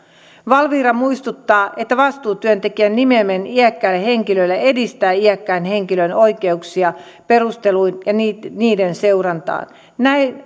valvira muistuttaa että vastuutyöntekijän nimeäminen iäkkäälle henkilölle edistää iäkkään henkilön oikeuksia palveluihin ja niiden seurantaan näin